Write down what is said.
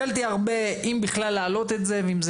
ואני שקלתי הרבה אם בכלל להעלות את זה ואם זה